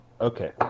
Okay